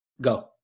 Go